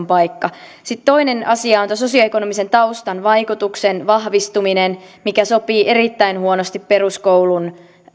paikka sitten toinen asia on tämä sosioekonomisen taustan vaikutuksen vahvistuminen mikä sopii erittäin huonosti peruskoulun